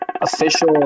official